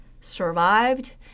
survived